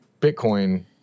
Bitcoin